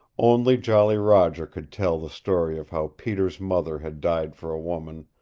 only jolly roger could tell the story of how peter's mother had died for a woman,